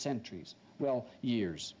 centuries well years